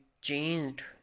changed